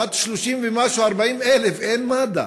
בת 30,000 ומשהו, 40,000, אין מד"א.